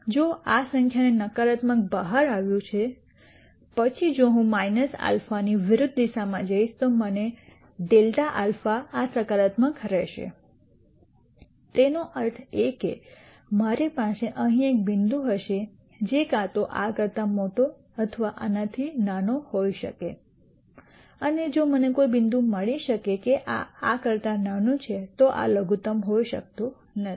જો આ સંખ્યાને નકારાત્મક બહાર આવ્યું છે પછી જો હું αની વિરુદ્ધ દિશામાં જઈશ મને મળશે ∇ α આ સકારાત્મક રહેશે તેનો અર્થ એ કે મારી પાસે અહીં એક બિંદુ હશે જે કાં તો આ કરતા મોટો અથવા આનાથી નાનો હોઈ શકે અને જો મને કોઈ બિંદુ મળી શકે કે આ આ કરતા નાનું છે તો આ લઘુત્તમ હોઈ શકતું નથી